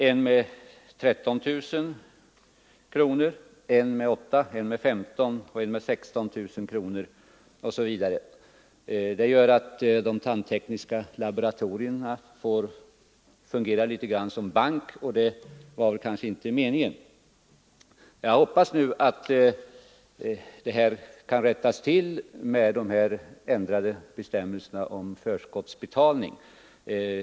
Vid andra laboratorier är eftersläpningen 13 000 kronor, 15 000 kronor, 16 000 kronor osv. Dessa förhållanden gör att de tandtekniska laboratorierna i viss utsträckning får fungera som banker, och det var kanske inte meningen. Jag hoppas nu att dessa förhållanden kan rättas till genom bestämmelserna om förskottsbetalning.